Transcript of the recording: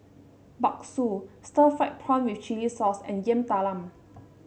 Bakso Stir Fried Prawn with Chili Sauce and Yam Talam